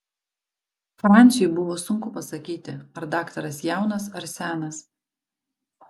franciui buvo sunku pasakyti ar daktaras jaunas ar senas